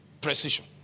Precision